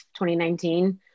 2019